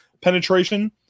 penetration